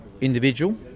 individual